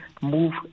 move